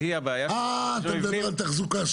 שהיא הבעיה של תחזוקת מבנים --- אה,